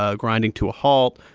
ah grinding to a halt,